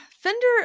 fender